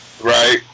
Right